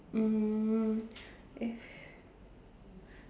um eh